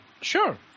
sure